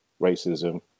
racism